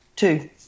two